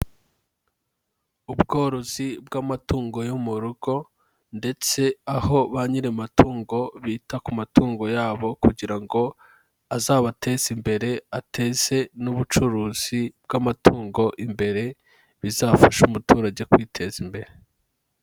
Ubworozi bw'amatungo yo mu rugo, ndetse aho ba nyiri amatungo bita ku matungo yabo, kugira ngo azabateze imbere, ateze n'ubucuruzi bw'amatungo imbere, bizafasha umuturage kwiteza imbere.